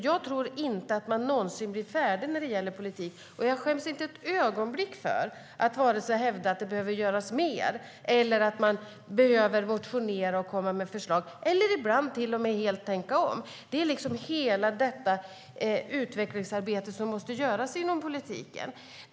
Jag tror inte att man någonsin blir färdig när det gäller politik, och jag skäms inte ett ögonblick för att hävda att det behöver göras mer eller att man behöver motionera, komma med förslag eller ibland helt tänka om. Hela detta utvecklingsarbete måste göras inom politiken.